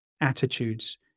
attitudes